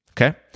Okay